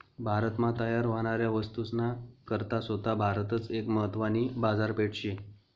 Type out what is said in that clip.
भारत मा तयार व्हनाऱ्या वस्तूस ना करता सोता भारतच एक महत्वानी बाजारपेठ शे